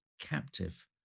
captive